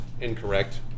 incorrect